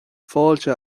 fáilte